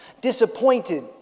disappointed